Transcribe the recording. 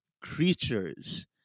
creatures